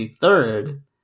third